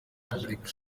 repubulika